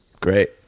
Great